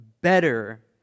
better